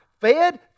fed